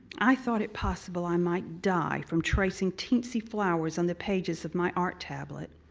i thought it possible i might die from tracing teensy flowers on the pages of my art tablet.